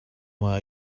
why